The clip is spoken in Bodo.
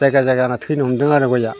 जायगा जायगाना थैनो हमदों आरो गया